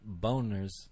Boners